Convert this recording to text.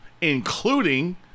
including